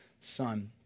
son